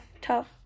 tough